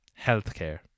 healthcare